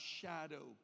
shadow